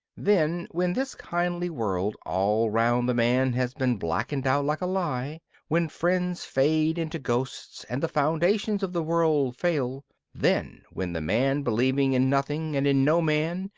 then when this kindly world all round the man has been blackened out like a lie when friends fade into ghosts, and the foundations of the world fail then when the man, believing in nothing and in no man,